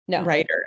writer